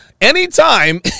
anytime